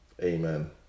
Amen